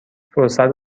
فرصت